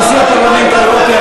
נשיא הפרלמנט האירופי,